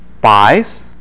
buys